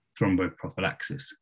thromboprophylaxis